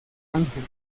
ángeles